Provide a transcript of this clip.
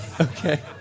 Okay